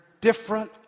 different